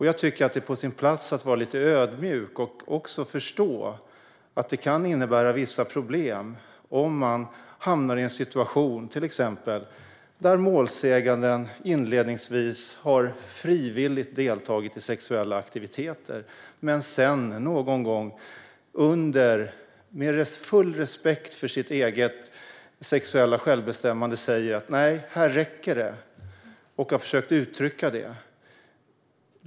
Jag tycker att det är på sin plats att vara lite ödmjuk och också förstå att det kan innebära vissa problem om man till exempel hamnar i en situation där målsäganden inledningsvis frivilligt har deltagit i sexuella aktiviteter men sedan någon gång, med full respekt för sitt eget sexuella självbestämmande, försökt uttrycka att det räcker.